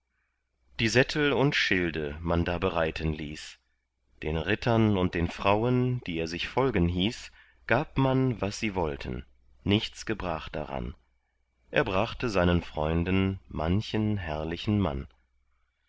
die sättel und schilde man da bereiten ließ den rittern und den frauen die er sich folgen hieß gab man was sie wollten nichts gebrach daran er brachte seinen freunden manchen herrlichen mann